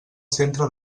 centre